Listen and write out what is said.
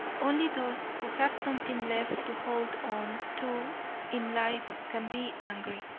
only those who have something left to hold on to in life can be angry.